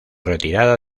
retirada